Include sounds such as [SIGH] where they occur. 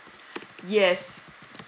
[BREATH] yes